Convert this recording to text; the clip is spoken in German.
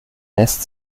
lässt